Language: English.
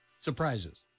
surprises